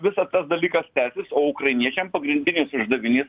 visas tas dalykas tęsis o ukrainiečiam pagrindinis uždavinys